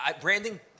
branding